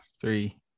three